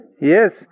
Yes